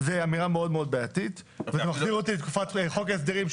זו אמירה מאוד בעייתית וזה מחזיק אותי לתקופת חוק ההסדרים,